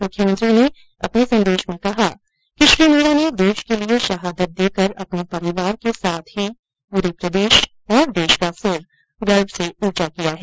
मुख्यमंत्री ने अपने संवेदना संदेश में कहा कि श्री मीणा ने देश के लिए शहादत देकर अपने परिवार के साथ ही पूरे प्रदेश और देश का सिर गर्व से ऊंचा किया है